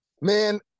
Man